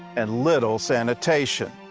and little sanitation.